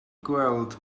gweld